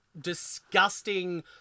disgusting